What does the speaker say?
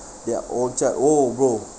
they're all cat~ oh bro